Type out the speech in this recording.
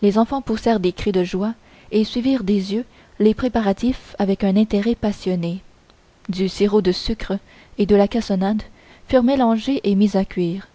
les enfants poussèrent des cris de joie et suivirent des yeux les préparatifs avec un intérêt passionné du sirop de sucre et de la cassonade furent mélangés et mis à cuire